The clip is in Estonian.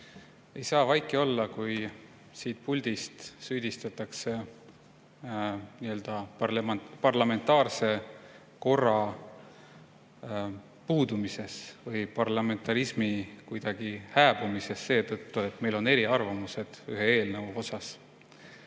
Ei saa vaiki olla, kui siit puldist süüdistatakse parlamentaarse korra puudumises või parlamentarismi kuidagi hääbumisest seetõttu, et meil on eriarvamused ühe eelnõu osas.